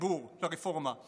בציבור לרפורמה,